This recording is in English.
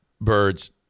birds